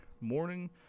morning